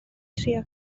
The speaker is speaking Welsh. trio